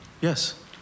yes